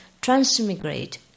transmigrate